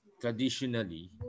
traditionally